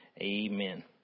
Amen